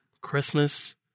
Christmas